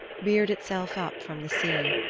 reared itself up from the sea.